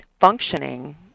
functioning